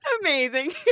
amazing